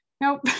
nope